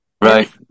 right